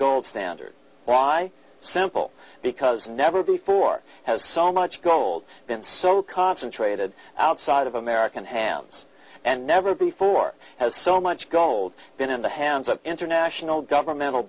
gold standard by simple because never before has so much gold been so concentrated outside of american hands and never before has so much gold been in the hands of international governmental